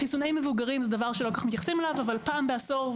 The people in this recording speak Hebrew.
חיסוני מבוגרים זה דבר שלא כל-כך מתייחסים אליו אבל פעם בעשור,